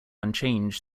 unchanged